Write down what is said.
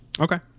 Okay